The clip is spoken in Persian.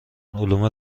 علوم